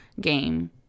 game